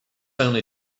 only